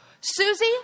Susie